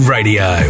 Radio